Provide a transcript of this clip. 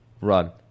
run